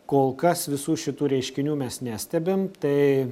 kol kas visų šitų reiškinių mes nestebim tai